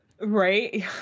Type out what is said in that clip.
Right